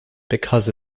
because